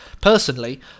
Personally